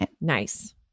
Nice